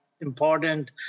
important